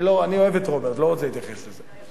אני אוהב את רוברט, לא רוצה להתייחס לזה.